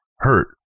hurt